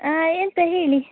ಹಾಂ ಎಂತ ಹೇಳಿ